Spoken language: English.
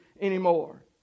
anymore